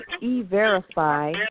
E-Verify